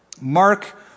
Mark